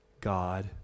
God